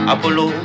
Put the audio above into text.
Apollo